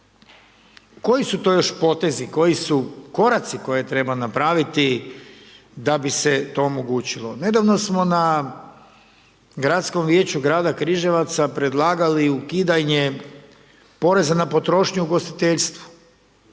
Koji su to još potezi, koji su koraci koje treba napraviti da bi se to omogućilo? Nedavno smo na Gradskom vijeću grada Križevca predlagali ukidanje poreza na potrošnju u ugostiteljstvu,